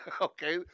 okay